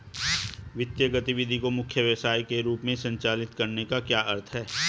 वित्तीय गतिविधि को मुख्य व्यवसाय के रूप में संचालित करने का क्या अर्थ है?